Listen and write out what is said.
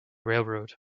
railroad